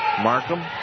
Markham